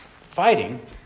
fighting